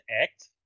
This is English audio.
act